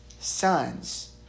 sons